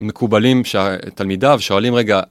מקובלים, תלמידיו, שואלים - רגע...